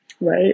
Right